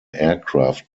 aircraft